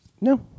No